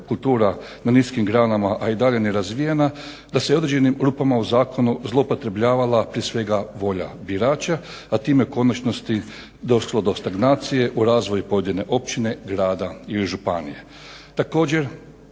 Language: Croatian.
kultura na niskim granama, a i dalje ne razvijena da se određenim rupama u zakonu zloupotrebljavala prije svega volja birača, a time u konačnosti došlo do stagnacije u razvoju pojedine općine, grada ili županije.